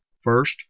First